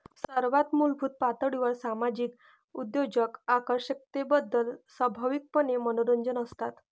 सर्वात मूलभूत पातळीवर सामाजिक उद्योजक आकर्षकतेबद्दल स्वाभाविकपणे मनोरंजक असतात